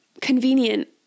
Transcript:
convenient